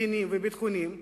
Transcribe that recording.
מדיניים וביטחוניים,